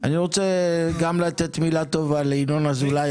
גם למשרד התקשורת,